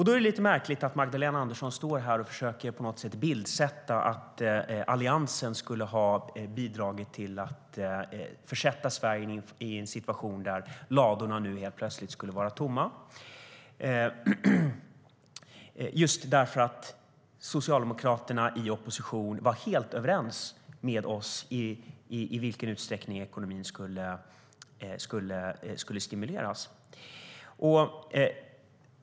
Då är det lite märkligt att Magdalena Andersson står här och på något sätt försöker ge en bild av att Alliansen skulle ha bidragit till att försätta Sverige i en situation där ladorna nu helt plötsligt skulle vara tomma, just därför att Socialdemokraterna i opposition var helt överens med oss i vilken utsträckning ekonomin skulle stimuleras.